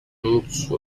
mutsu